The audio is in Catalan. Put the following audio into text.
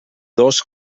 dos